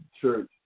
church